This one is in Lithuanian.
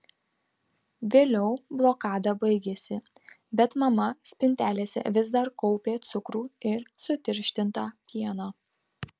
vėliau blokada baigėsi bet mama spintelėse vis dar kaupė cukrų ir sutirštintą pieną